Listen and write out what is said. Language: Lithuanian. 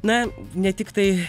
na ne tiktai